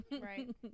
Right